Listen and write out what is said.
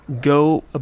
go